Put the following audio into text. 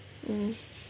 mm